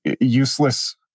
useless